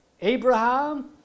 Abraham